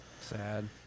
Sad